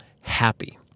happy